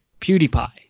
PewDiePie